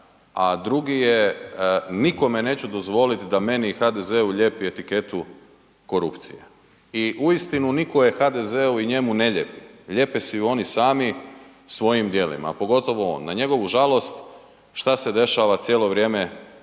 A drugi je, nikome neću dozvoliti da meni i HDZ-u lijepi etiketu korupcije. I uistinu nitko je HDZ-u i njemu ne lijepi, lijepe si ju oni sami svojim djelima a pogotovo on. Na njegu žalost šta se dešava cijelo vrijeme